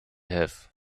have